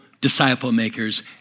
disciple-makers